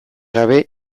gabe